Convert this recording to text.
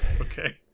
Okay